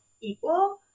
equal